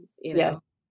yes